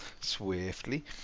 swiftly